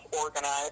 organized